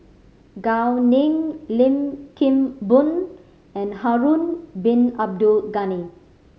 Gao Ning Lim Kim Boon and Harun Bin Abdul Ghani